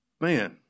man